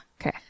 Okay